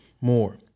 more